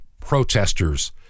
protesters